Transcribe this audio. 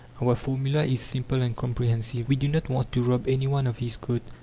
our formula is simple and comprehensive. we do not want to rob any one of his coat,